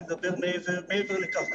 אני מדבר מעבר לכך.